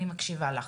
אני מקשיבה לך.